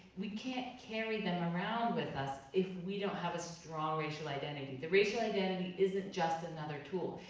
we can't carry them around with us if we don't have a strong racial identity. the racial identity isn't just another tool.